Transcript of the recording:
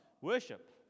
worship